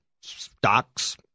Stocks